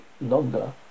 longer